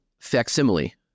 facsimile